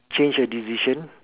change your decision